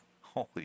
Holy